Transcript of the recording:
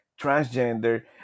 transgender